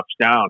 down